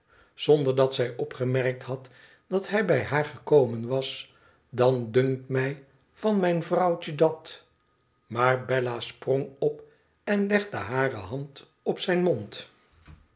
zonder dat zij opgemerkt had dat hij bij haar gekomen was dan dunkt mij van mijn vrouwtje dat maar bella sprong op en legde hare hand op zijn mond